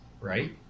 right